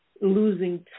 losing